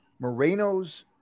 Moreno's